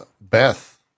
Beth